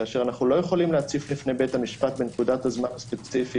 כאשר אנחנו לא יכולים להציף בפני בית המשפט בנקודת הזמן הספציפית